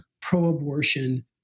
pro-abortion